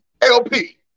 LP